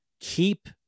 keep